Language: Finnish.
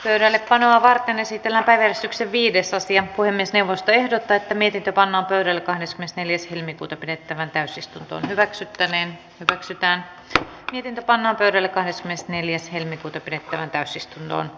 pöydällepanoa varten esitellä pääsyksi viides ja puhemiesneuvosto ehdottaa niitä panna vireille panis neljäs helmikuuta pidettävään täysistunto hyväksyttäneen keksitään miten paha vedellä neljäs helmikuuta pidettävään täysistuntoon